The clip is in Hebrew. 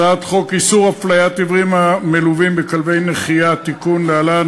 הצעת חוק איסור הפליית עיוורים המלווים בכלבי נחייה (תיקון מס' 2),